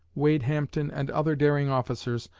wade hampton and other daring officers,